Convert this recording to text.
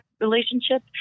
relationship